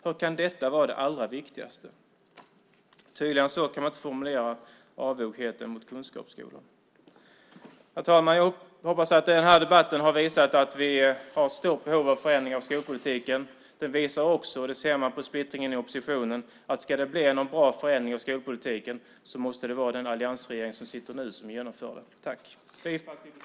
Hur kan detta vara det allra viktigaste? Tydligare än så kan man inte formulera avogheten mot kunskapsskolan. Herr talman! Jag hoppas att den här debatten har visat att vi har stort behov av förändringar av skolpolitiken. Den visar också - det ser man på splittringen i oppositionen - att ska det blir någon bra förändring av skolpolitiken måste det vara den alliansregering som sitter nu som genomför det. Jag yrkar bifall till utskottets förslag.